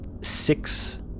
six